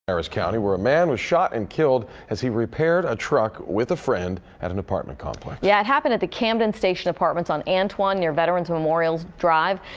harris county where a man was shot and killed as he repaired a truck with a friend at an complex. yeah it happened at the camden station apartments on antoine near veterans memorial drive.